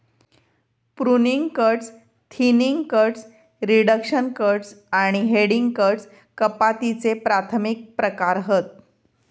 pruning cuts, thinning cuts, reduction cuts आणि heading cuts कपातीचे प्राथमिक प्रकार हत